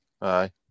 Aye